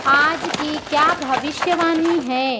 आज की क्या भविष्यवाणी है